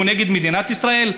הוא נגד מדינת ישראל?